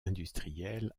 industrielle